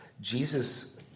Jesus